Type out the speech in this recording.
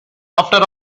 after